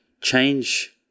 change